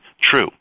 true